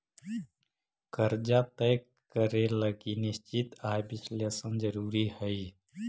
कर्जा तय करे लगी निश्चित आय विश्लेषण जरुरी हई